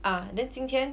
ah then 今天